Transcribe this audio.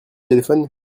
téléphone